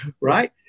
right